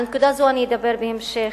על הנקודה הזו אני אדבר בהמשך.